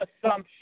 assumption